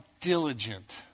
diligent